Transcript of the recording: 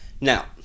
Now